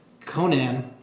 Conan